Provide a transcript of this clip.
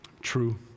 true